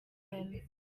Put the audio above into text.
him